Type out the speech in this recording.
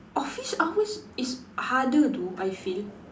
office hours is harder though I feel